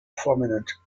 prominent